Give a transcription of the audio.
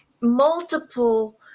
multiple